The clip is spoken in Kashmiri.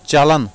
چلَن